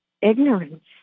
ignorance